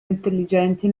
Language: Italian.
intelligenti